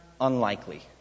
unlikely